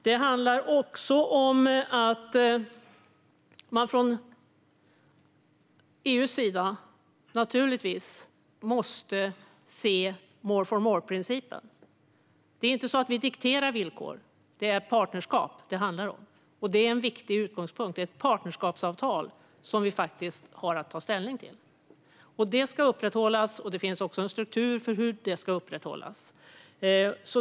Det handlar också om att man från EU:s sida måste se more for more-principen. Det är inte så att vi dikterar villkor, utan det handlar om partnerskap. Det är en viktig utgångspunkt. Det är ett partnerskapsavtal som vi har att ta ställning till. Det ska upprätthållas, och det finns också en struktur för hur det ska upprätthållas.